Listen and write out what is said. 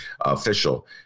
official